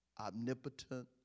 omnipotent